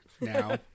now